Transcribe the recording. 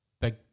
Big